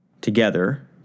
together